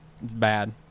Bad